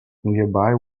nearby